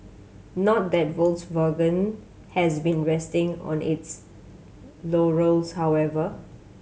not that Volkswagen has been resting on its laurels however